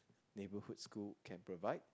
neighbourhood schools can provide